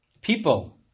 people